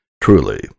Truly